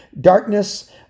Darkness